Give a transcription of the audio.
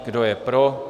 Kdo je pro?